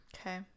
Okay